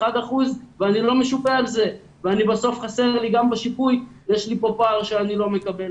ושתיקחו אותם בחשבון כי זה עוד לפני שאנחנו מדברים